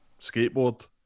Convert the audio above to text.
Skateboard